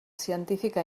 científica